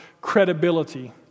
credibility